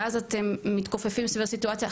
ואז אתם מתכופפים סביב הסיטואציה.